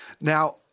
Now